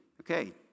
Okay